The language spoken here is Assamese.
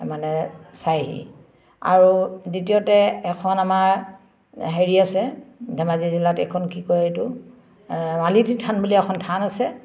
মানে চাইহি আৰু দ্বিতীয়তে এখন আমাৰ হেৰি আছে ধেমাজি জিলাত এখন কি কয় এইটো মালিনী থান বুলি এখন থান আছে